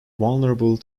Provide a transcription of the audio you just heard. vulnerable